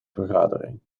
vergadering